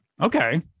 Okay